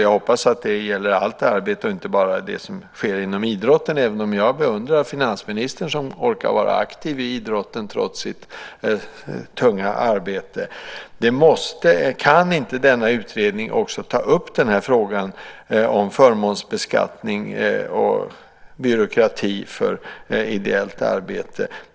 Jag hoppas att det gäller allt arbete och inte bara det som sker inom idrotten, även om jag beundrar finansministern som orkar vara aktiv i idrotten trots sitt tunga arbete. Kan inte den här utredningen också ta upp denna fråga om förmånsbeskattning och byråkrati för ideellt arbete?